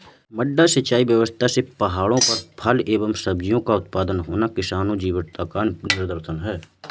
मड्डा सिंचाई व्यवस्था से पहाड़ियों पर फल एवं सब्जियों का उत्पादन होना किसानों की जीवटता का निदर्शन है